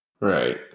Right